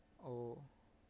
oh